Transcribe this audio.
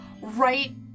right